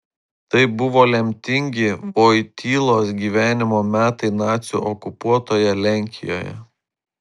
tai buvo lemtingi vojtylos gyvenimo metai nacių okupuotoje lenkijoje